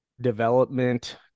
development